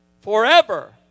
forever